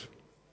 אין הסתייגויות.